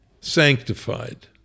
sanctified